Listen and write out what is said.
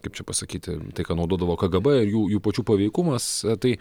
kaip čia pasakyti tai ką naudodavo kgb ir jų jų pačių paveikumas tai